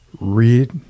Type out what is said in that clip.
read